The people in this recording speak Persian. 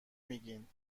میگین